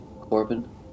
Corbin